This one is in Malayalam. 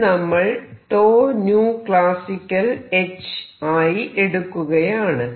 ഇത് നമ്മൾ classicalh ആയി എടുക്കുകയാണ്